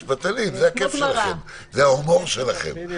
משפטנים, זה הכיף שלכם, זה ההומור שלכם.